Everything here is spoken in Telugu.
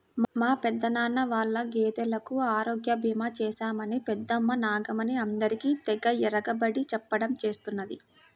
మా పెదనాన్న వాళ్ళ గేదెలకు ఆరోగ్య భీమా చేశామని పెద్దమ్మ నాగమణి అందరికీ తెగ ఇరగబడి చెప్పడం చేస్తున్నది